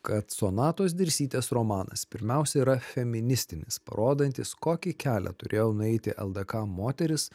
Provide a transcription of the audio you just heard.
kad sonatos dirsytės romanas pirmiausia yra feministinis rodantis kokį kelią turėjo nueiti ldk moteris